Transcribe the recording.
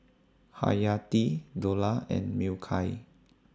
Haryati Dollah and Mikhail